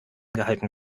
gehalten